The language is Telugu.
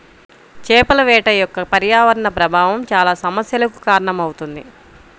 చేపల వేట యొక్క పర్యావరణ ప్రభావం చాలా సమస్యలకు కారణమవుతుంది